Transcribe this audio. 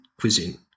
cuisine